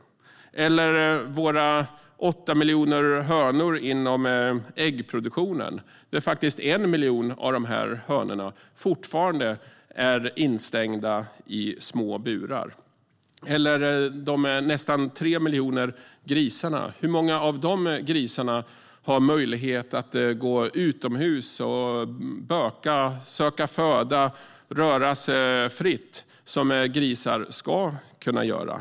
Det gäller även våra 8 miljoner hönor inom äggproduktionen, där faktiskt 1 miljon av dessa hönor fortfarande är instängda i små burar. Och hur många av de nästan 3 miljoner grisarna har möjlighet att gå utomhus och böka, söka föda och röra sig fritt, som grisar ska kunna göra?